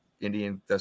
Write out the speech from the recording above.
Indian